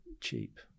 cheap